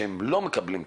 לרשתות האלה שלא מקבלות?